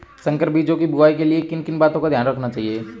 संकर बीजों की बुआई के लिए किन किन बातों का ध्यान रखना चाहिए?